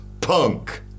punk